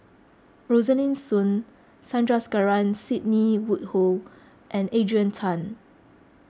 Rosaline Soon Sandrasegaran Sidney Woodhull and Adrian Tan